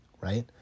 right